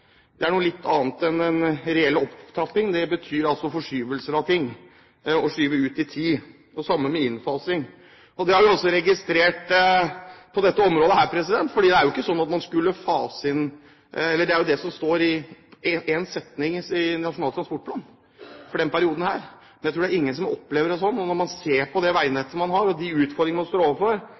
opptrappingsplaner er noe annet enn en reell opptrapping. Det betyr forskyvelse av ting, å skyve ting ut i tid, og det samme med innfasing. Det har vi også registrert på dette området. Det er jo ikke sånn at man faser inn. Det er det som står i én setning i Nasjonal transportplan for denne perioden, men jeg tror det er ingen som har opplevd det sånn. Når man ser på det veinettet man har og de utfordringene man står overfor,